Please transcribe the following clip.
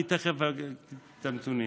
אני תכף אתן את הנתונים.